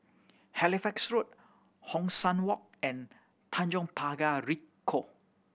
Halifax Road Hong San Walk and Tanjong Pagar Ricoh